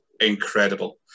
incredible